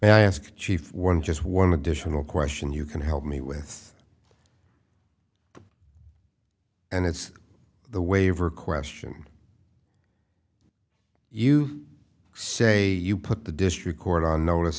to ask chief one just one additional question you can help me with and it's the waiver question you say you put the district court on notice